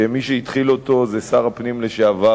שמי שהתחיל אותו זה שר הפנים לשעבר,